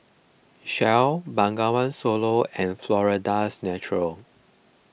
Shell Bengawan Solo and Florida's Natural